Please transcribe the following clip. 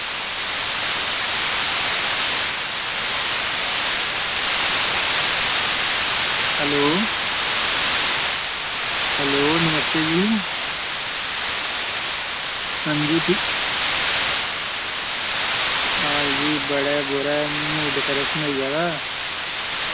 hello hello नमस्ते जी आं जी बड़ा बूरा इंया डिप्रेशन होई गेदा